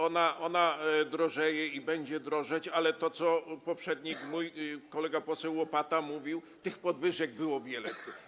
Ona drożeje i będzie drożeć, ale, jak poprzednik mój, kolega poseł Łopata mówił, tych podwyżek było wiele.